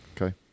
okay